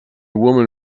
woman